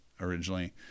originally